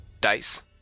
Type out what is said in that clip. dice